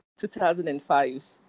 2005